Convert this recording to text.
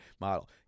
model